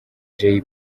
jay